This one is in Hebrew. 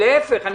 ההיפך הוא הנכון,